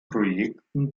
projekten